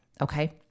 Okay